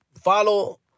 follow